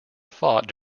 fought